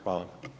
Hvala.